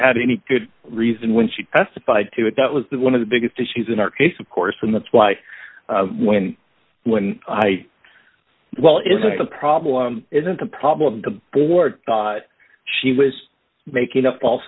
had any good reason when she testified to it that was the one of the biggest issues in our case of course and that's why when when i well if the problem isn't the problem the board thought she was making a false